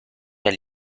dein